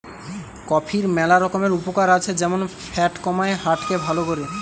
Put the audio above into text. কফির ম্যালা রকমের উপকার আছে যেমন ফ্যাট কমায়, হার্ট কে ভাল করে